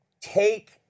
take